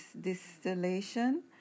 distillation